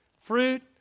Fruit